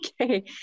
okay